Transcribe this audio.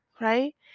right